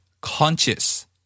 conscious